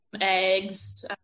eggs